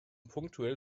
punktuell